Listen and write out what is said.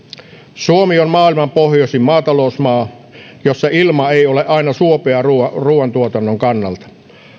suomi on maailman pohjoisin maatalousmaa jossa ilma ei ole aina suopea ruoantuotannon kannalta